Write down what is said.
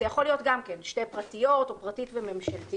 זה יכול להיות שתי הצעות פרטיות או הצעה פרטית והצעה ממשלתית.